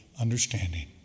understanding